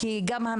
גם זה,